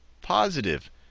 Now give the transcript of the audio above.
positive